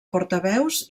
portaveus